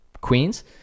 Queens